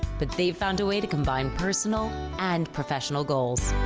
but they found a way to combine personal and professional goals.